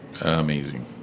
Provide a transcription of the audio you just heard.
Amazing